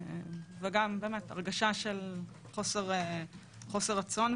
הרגשה של חוסר רצון,